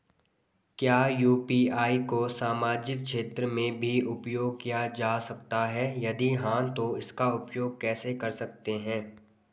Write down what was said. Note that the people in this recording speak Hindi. क्या यु.पी.आई को सामाजिक क्षेत्र में भी उपयोग किया जा सकता है यदि हाँ तो इसका उपयोग कैसे कर सकते हैं?